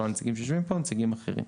לא הנציגים שיושבים פה, נציגים אחרים.